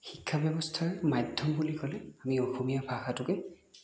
শিক্ষা ব্যৱস্থাৰ মাধ্যম বুলি ক'লে আমি অসমীয়া ভাষাটোকে